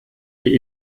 die